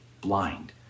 blind